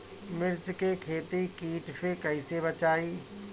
मिर्च के खेती कीट से कइसे बचाई?